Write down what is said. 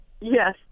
yes